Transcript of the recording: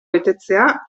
betetzea